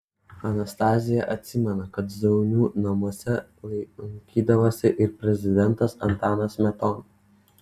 anastazija atsimena kad zaunių namuose lankydavosi ir prezidentas antanas smetona